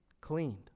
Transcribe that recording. cleaned